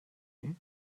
you